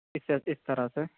اس اس طرح سے